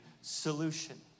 solution